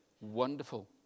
wonderful